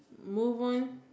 move on